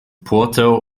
puerto